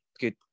good